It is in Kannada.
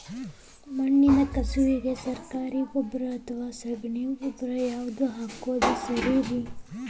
ಮಣ್ಣಿನ ಕಸುವಿಗೆ ಸರಕಾರಿ ಗೊಬ್ಬರ ಅಥವಾ ಸಗಣಿ ಗೊಬ್ಬರ ಯಾವ್ದು ಹಾಕೋದು ಸರೇರಿ?